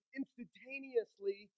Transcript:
instantaneously